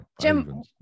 Jim